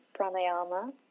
Pranayama